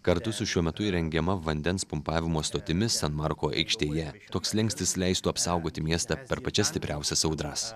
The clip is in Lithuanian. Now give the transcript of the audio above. kartu su šiuo metu įrengiama vandens pumpavimo stotimi sen marko aikštėje toks slenkstis leistų apsaugoti miestą per pačias stipriausias audras